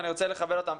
ואני רוצה לכבד אותם.